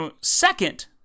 second